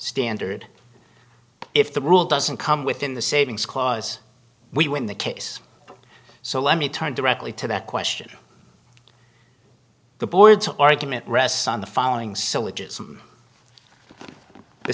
standard if the rule doesn't come within the savings clause we win the case so let me turn directly to that question the board's argument rests on the following so which is the